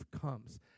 comes